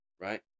right